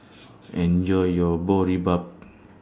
Enjoy your Boribap